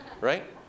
right